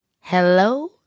Hello